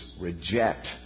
reject